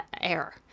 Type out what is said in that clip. air